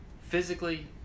physically